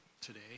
today